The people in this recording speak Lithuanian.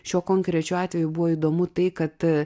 šiuo konkrečiu atveju buvo įdomu tai kad